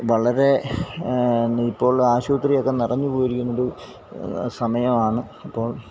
വളരെ ഇപ്പോൾ ആശുപത്രിയൊക്കെ നിറഞ്ഞു പോയിരിക്കുന്നൊരു സമയമാണ് അപ്പോൾ